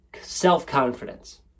self-confidence